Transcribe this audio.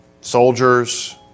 soldiers